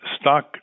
stock